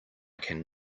can